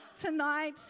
tonight